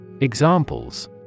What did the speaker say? Examples